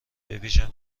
بویژه